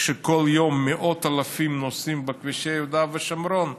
כשבכל יום מאות אלפים נוסעים בכבישי יהודה ושומרון,